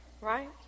right